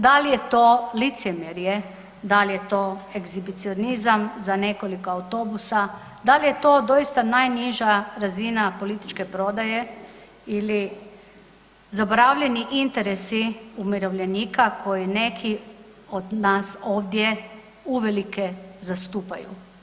Dal je to licemjerje, dal je to egzibicionizam za nekoliko autobusa, dal je to doista najniža razina političke prodaje ili zaboravljeni interesi umirovljenika koji neki od nas ovdje uvelike zastupaju.